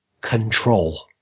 control